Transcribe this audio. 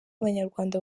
abanyarwanda